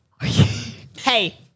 hey